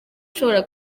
ushobora